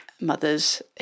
mothers